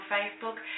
Facebook